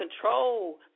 control